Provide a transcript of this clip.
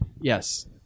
yes